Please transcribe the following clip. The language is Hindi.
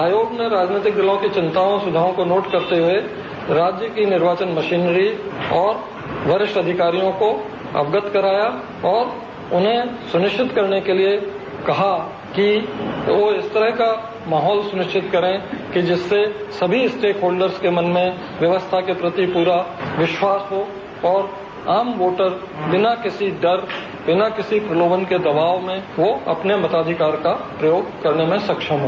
आयोग ने राजनीतिक दलों की चिंताओं और सुझावों को नोट करते हुए राज्य की निर्वाचन मशीनरी और वरिष्ठ अधिकारियों को अवगत कराया और उन्हें सुनिश्चित कराने के लिए कहा कि वो इस तरह का माहौल सुनिश्चित करें कि जिससे सभी स्टेक होल्डर्स के मन में व्यवस्था के प्रति पूरा विश्वास हो और आम वोटर बिना किसी डर बिना किसी प्रलोभन के दबाव में यो अपने मताधिकार का प्रयोग करने में सक्षम हो